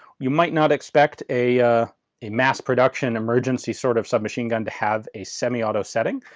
you might not expect a a mass-production emergency sort of submachine gun to have a semi-auto setting,